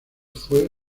fue